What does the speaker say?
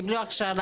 הם קיבלו הכשרה,